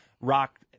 rock